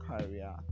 career